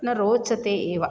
न रोचते एव